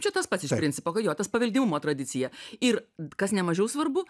čia tas pats iš principo kad jo tas paveldimumo tradicija ir kas ne mažiau svarbu